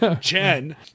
Jen